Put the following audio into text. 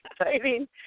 exciting